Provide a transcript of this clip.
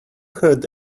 heard